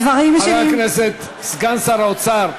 הדברים שלי חבר הכנסת סגן שר האוצר,